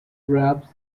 raps